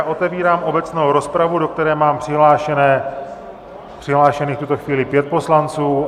Otevírám obecnou rozpravu, do které mám přihlášených v tuto chvíli pět poslanců.